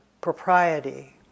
propriety